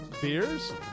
beers